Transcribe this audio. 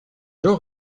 jean